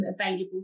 available